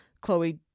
chloe